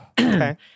Okay